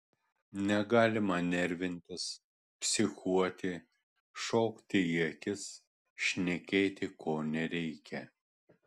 negalima nervintis psichuoti šokti į akis šnekėti ko nereikia